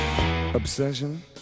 obsession